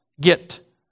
get